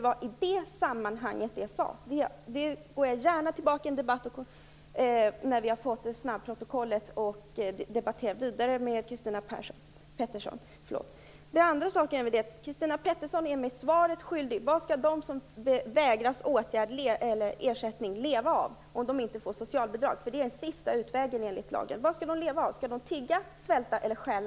Jag återkommer gärna till en fortsatt debatt med Christina Pettersson när vi har fått snabbprotokollet. Christina Pettersson är mig vidare svaret skyldig på frågan vad de som vägras ersättning skall leva av, om de inte får socialbidrag, vilket enligt lagen är den sista utvägen? Skall de tigga, svälta eller stjäla?